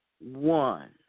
one